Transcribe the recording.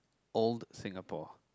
old Singapore